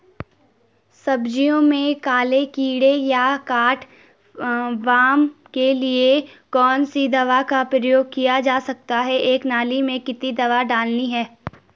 सब्जियों में काले कीड़े या कट वार्म के लिए कौन सी दवा का प्रयोग किया जा सकता है एक नाली में कितनी दवा डालनी है?